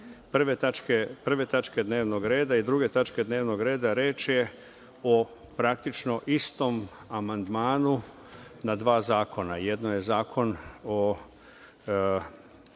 prve tačke dnevnog reda i druge tačke dnevnog reda, reč je o istom amandmanu na dva zakona. Jedno je Zakon o